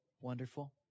Wonderful